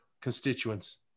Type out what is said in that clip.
constituents